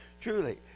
Truly